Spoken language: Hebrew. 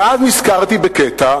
ואז נזכרתי בקטע